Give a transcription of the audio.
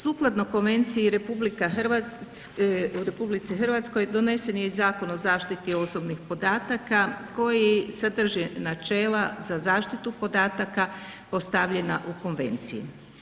Sukladno konvenciji u RH donesen je i Zakon o zaštiti osobnih podataka koji sadrži načela za zaštitu podataka postavljena u konvenciji.